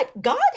god